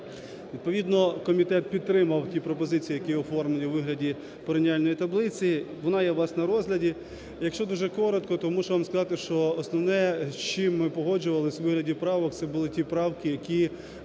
Відповідно комітет підтримав ті пропозиції, які оформлені у вигляді порівняльної таблиці. Вона є у вас на розгляді. Якщо дуже коротко, то мушу вам сказати, що основне, з чим ми погоджувались у вигляді правок, це були ті правки, які